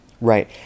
right